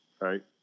right